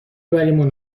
بریمون